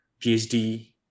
PhD